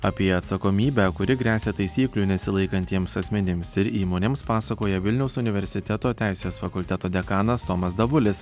apie atsakomybę kuri gresia taisyklių nesilaikantiems asmenims ir įmonėms pasakoja vilniaus universiteto teisės fakulteto dekanas tomas davulis